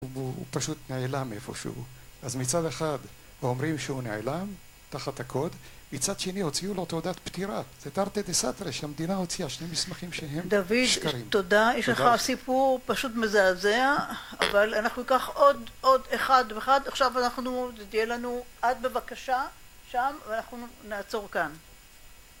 הוא פשוט נעלם איפשהו, אז מצד אחד אומרים שהוא נעלם תחת הקוד, מצד שני הוציאו לו תעודת פטירה זה תארטה דה סאטרה שהמדינה הוציאה שני מסמכים שהם שקרים דוד, תודה, יש לך הסיפור פשוט מזעזע, אבל אנחנו ניקח עוד, עוד אחד ואחד עכשיו אנחנו, זה תהיה לנו את בבקשה, שם ואנחנו נעצור כאן